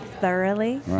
thoroughly